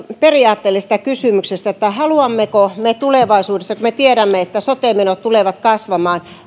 periaatteellisesta kysymyksestä että haluammeko me tulevaisuudessa kun me tiedämme että sote menot tulevat kasvamaan